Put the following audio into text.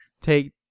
take